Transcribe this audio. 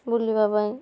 ବୁଲିବାପାଇଁ